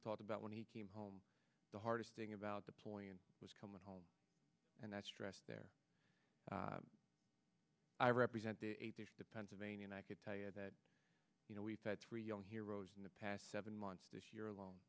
thought about when he came home the hardest thing about deploying was coming home and that stress there i represent pennsylvania and i could tell you that you know we've had three young heroes in the past seven months this year alone